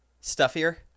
stuffier